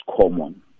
common